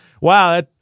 wow